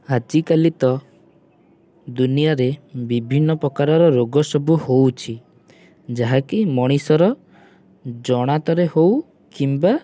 ଆଜିକାଲି ତ ଦୁନିଆରେ ବିଭିନ୍ନ ପ୍ରକାରର ରୋଗ ସବୁ ହେଉଛି ଯାହାକି ମଣିଷର ଜାଣତରେ ହେଉ କିମ୍ବା